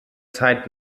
zeit